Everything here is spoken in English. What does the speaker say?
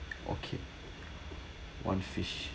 okay one fish